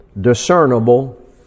discernible